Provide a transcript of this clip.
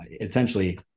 Essentially